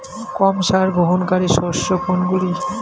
কম সার গ্রহণকারী শস্য কোনগুলি?